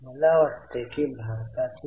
तर कृपया तीन वेळा स्वरूपात जा